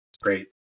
Great